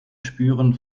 spüren